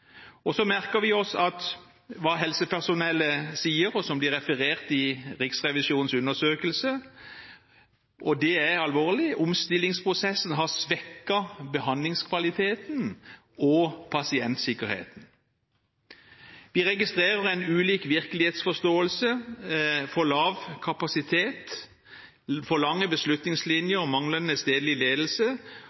Så merker vi oss hva helsepersonellet sier, og som blir referert i Riksrevisjonens undersøkelse. Det er alvorlig. Omstillingsprosessen har svekket behandlingskvaliteten og pasientsikkerheten. Vi registrerer en ulik virkelighetsforståelse, for lav kapasitet, for lange beslutningslinjer og manglende stedlig ledelse,